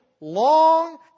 long